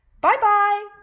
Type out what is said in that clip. Bye-bye